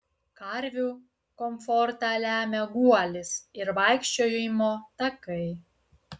karvių komfortą lemia guolis ir vaikščiojimo takai